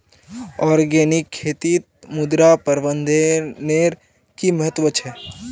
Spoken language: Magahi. ऑर्गेनिक खेतीत मृदा प्रबंधनेर कि महत्व छे